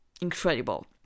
incredible